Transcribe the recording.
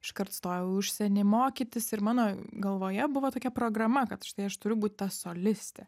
iškart stojau į užsienį mokytis ir mano galvoje buvo tokia programa kad štai aš turiu būt ta solistė